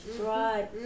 Right